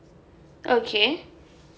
okay